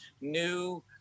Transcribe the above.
new